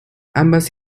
ambas